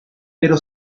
pero